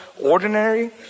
ordinary